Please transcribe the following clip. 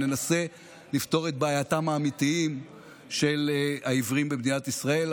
וננסה לפתור את בעייתם האמיתית של העיוורים במדינת ישראל.